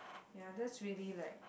ya that's really like